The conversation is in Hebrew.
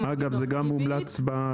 אגב, בדיוק מה שאתה אומר גם מומלץ בוועדה.